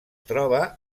troba